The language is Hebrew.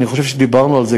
אני חושב שדיברנו על זה,